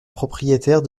propriétaire